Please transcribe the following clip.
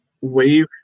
wave